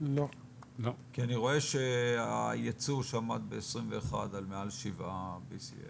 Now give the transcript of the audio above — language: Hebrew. כי אני רואה שהייצוא שעמד ב- 2021 על מעל 7 BCM